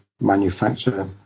manufacture